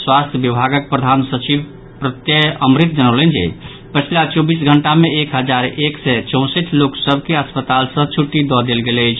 स्वास्थ्य विभागक प्रधान सचिव प्रत्यय अमृत जनौलनि जे पछिला चौबीस घंटा मे एक हजार एक सय चौंसठि लोक सभ के अस्पताल सँ छुट्टी दऽ देल गेल अछि